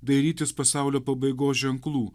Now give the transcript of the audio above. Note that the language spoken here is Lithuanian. dairytis pasaulio pabaigos ženklų